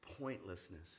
pointlessness